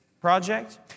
project